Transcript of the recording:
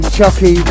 Chucky